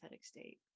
state